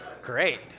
Great